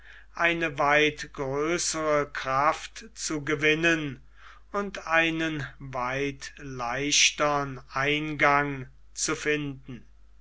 eine weit größere kraft zu gewinnen und einen weit leichtern eingang zu finden